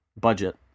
budget